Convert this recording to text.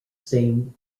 same